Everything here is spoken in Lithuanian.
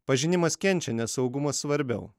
pažinimas kenčia nes saugumas svarbiau